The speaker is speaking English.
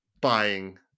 buying